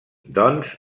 doncs